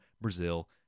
Brazil